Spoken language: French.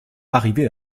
arriver